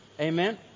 Amen